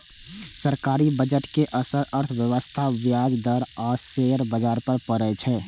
सरकारी बजट के असर अर्थव्यवस्था, ब्याज दर आ शेयर बाजार पर पड़ै छै